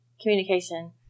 communication